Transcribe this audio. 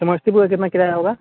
समस्तीपुर का कितना किराया होगा